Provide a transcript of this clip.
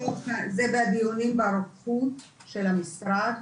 זה בדיונים ברוקחות של המשרד.